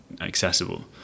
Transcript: accessible